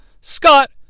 Scott